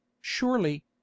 surely